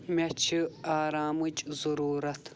مےٚ چھِ آرامٕچ ضروٗرت